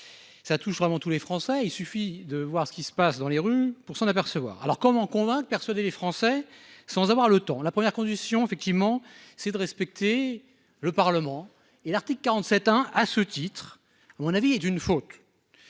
Ça touche vraiment tous les Français, il suffit de voir ce qui se passe dans les rues pour s'en apercevoir, alors comment convaincre et persuader les Français sans avoir le temps. La première condition, effectivement, c'est de respecter le Parlement et l'article 47 hein à ce titre à mon avis et d'une faute.